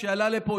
כשעלה לפה,